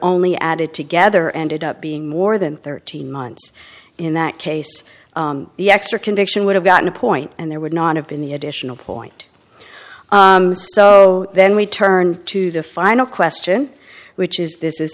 only added together ended up being more than thirteen months in that case the extra conviction would have gotten a point and there would not have been the additional point so then we turn to the final question which is this is